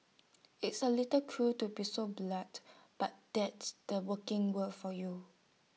it's A little cruel to be so blunt but that's the working world for you